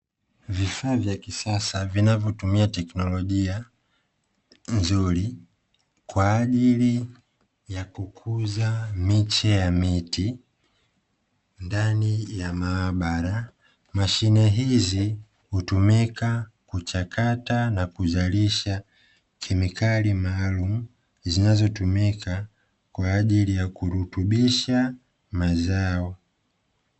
Vifaa vya kisasa vinavyotumia teknolojia nzuri kwaajili ya kukuza miche ya miti ndani ya maabara, mashine hizi hutumika kuchakata na kuzalisha kemikali maalumu zinazotumika kwaajili ya kurutubisha mazao.